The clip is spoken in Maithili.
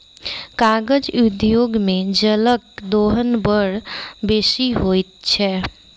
कागज उद्योग मे जलक दोहन बड़ बेसी होइत छै